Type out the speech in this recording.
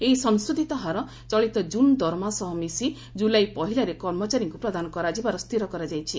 ଏହି ସଂଶୋଧୂତ ହାର ଚଳିତ ଜୁନ ଦରମାର ସହ ମିଶି ଜୁଲାଇ ପହିଲାରେ କର୍ମଚାରୀଙ୍କ ପ୍ରଦାନ କରାଯିବାର ସ୍ଥିର କରାଯାଇଛି